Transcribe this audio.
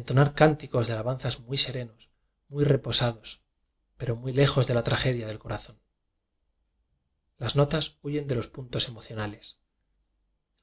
entonar cánticos de ala banzas muy serenos muy reposados pero muy lejos de la tragedia del corazón las notas huyen de los puntos emocionales